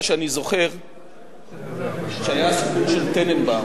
זו השיטה של נתניהו,